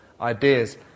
ideas